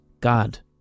god